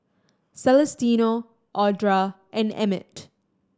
Celestino Audra and Emmitt